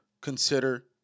consider